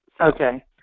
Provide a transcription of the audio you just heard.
Okay